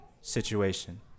situation